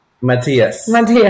Matias